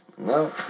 No